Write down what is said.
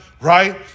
right